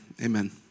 Amen